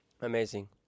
Amazing